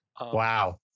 wow